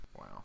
Wow